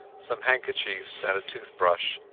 some handkerchiefs, and a tooth-brush.